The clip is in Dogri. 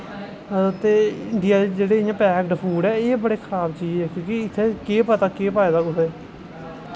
ते इंडिया च जेह्ड़े पैकड फूड ऐ एह् खराब चीज ऐ क्योंकि केह् पता केह् पाए दा कुसै